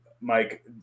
Mike